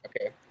okay